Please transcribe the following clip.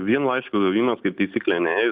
vien laiško gavimas kaip taisyklė ne jis